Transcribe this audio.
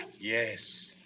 Yes